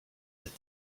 that